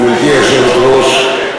גברתי היושבת-ראש,